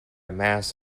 mass